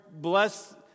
bless